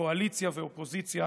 קואליציה ואופוזיציה.